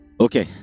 Okay